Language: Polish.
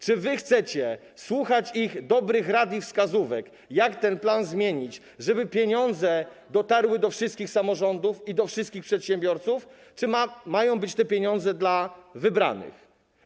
Czy wy chcecie słuchać ich dobrych rad i wskazówek, jak ten plan zmienić, żeby pieniądze dotarły do wszystkich samorządów i do wszystkich przedsiębiorców czy mają to być pieniądze dla wybranych?